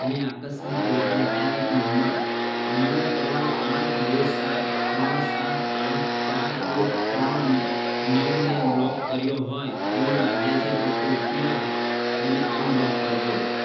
મેં આકસ્મિક રીતે એકાઉન્ટ નંબર નવ ત્રણ આઠ બે સાત ત્રણ સાત આઠ ચાર એક ત્રણ નવને બ્લોક કર્યો હોય એવું લાગે છે તો કૃપયા તેને અનબ્લોક કરજો